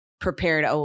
prepared